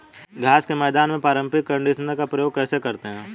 घास के मैदान में पारंपरिक कंडीशनर का प्रयोग कैसे करते हैं?